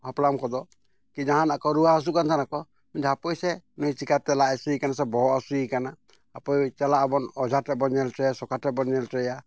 ᱦᱟᱯᱲᱟᱢ ᱠᱚᱫᱚ ᱠᱤ ᱡᱟᱦᱟᱱᱟᱜ ᱠᱚ ᱨᱩᱣᱟᱹ ᱦᱟᱹᱥᱩᱜ ᱠᱟᱱ ᱛᱟᱦᱮᱱᱟ ᱠᱚ ᱡᱟᱦᱟᱸ ᱯᱚᱭᱥᱟ ᱱᱩᱭ ᱪᱤᱠᱟᱹᱛᱮ ᱞᱟᱡ ᱦᱟᱹᱥᱩᱭᱮ ᱠᱟᱱᱟ ᱥᱮ ᱵᱚᱦᱚᱜ ᱦᱟᱹᱥᱩᱭᱮ ᱠᱟᱱᱟ ᱦᱟᱯᱳᱭ ᱪᱟᱞᱟᱜ ᱟᱵᱚᱱ ᱚᱡᱷᱟᱴ ᱴᱷᱮᱱᱵᱚᱱ ᱧᱮᱞ ᱦᱚᱪᱚᱭᱟ ᱥᱚᱠᱷᱟ ᱴᱷᱮᱱᱵᱚᱱ ᱧᱮᱞ ᱦᱚᱪᱚᱭᱟ